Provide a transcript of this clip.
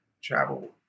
travel